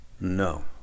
No